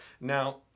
Now